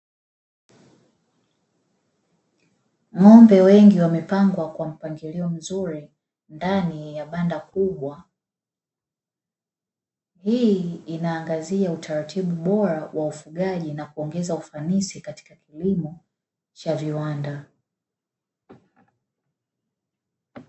Ng'ombe wengi wamepangwa kwa mpangilio mzuri ndani ya banda kubwa, hii inaangazia utaratibu bora wa ufugaji na kuongeza ufanisi katika kilimo cha viwanda.